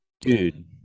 Dude